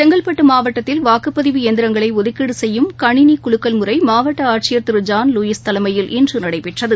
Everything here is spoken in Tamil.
செங்கல்பட்டுமாவட்டத்தில் வாக்குப்பதிவு இயந்திரங்களைஒதுக்கீடுசெய்யும் கணினிகுலுக்கள் முறைமாவட்டஆட்சியர் திரு ஜான் லூயில் தலைமையில் இன்றுநடைபெற்றது